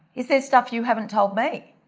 he says, stuff you haven't told me.